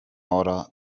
order